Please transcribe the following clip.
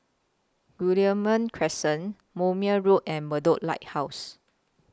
Guillemard Crescent Moulmein Road and Bedok Lighthouse